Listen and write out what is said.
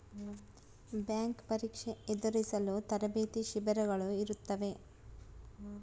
bank ಪರೀಕ್ಷೆ ಎದುರಿಸಲು ತರಬೇತಿ ಶಿಬಿರಗಳು ಇರುತ್ತವೆ